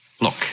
Look